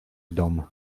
dom